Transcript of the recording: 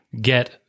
get